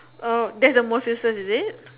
oh that's the most useless is it